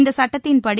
இந்த சட்டத்தின்படி